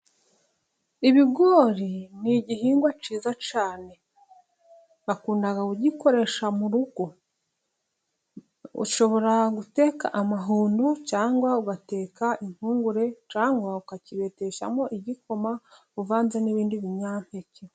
Ibigori ni igihingwa cyiza cyane, bakunda kugikoresha mu rugo. Ushobora guteka amahundo cyangwa ugateka impungure, cyangwa ukakibeteshamo igikoma uvanze n'ibindi binyampeke.